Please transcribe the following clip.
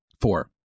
Four